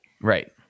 right